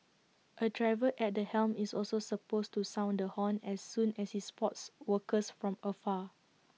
A driver at the helm is also supposed to sound the horn as soon as he spots workers from afar